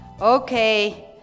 Okay